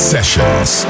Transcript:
Sessions